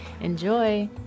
Enjoy